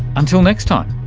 until next time